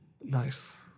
Nice